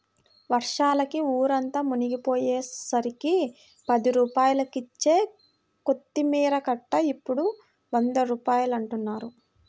వర్షాలకి ఊరంతా మునిగిపొయ్యేసరికి పది రూపాయలకిచ్చే కొత్తిమీర కట్ట ఇప్పుడు వంద రూపాయలంటన్నారు